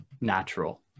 natural